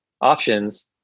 options